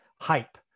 hype